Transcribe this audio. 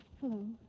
Hello